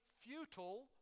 futile